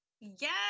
Yes